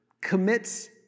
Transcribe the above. commits